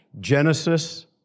Genesis